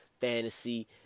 fantasy